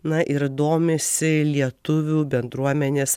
na ir domisi lietuvių bendruomenės